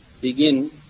begin